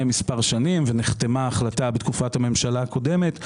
מספר שנים ונחתמה החלטה בתקופת הממשלה הקודמת,